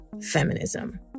feminism